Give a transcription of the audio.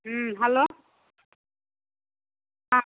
hello हाँ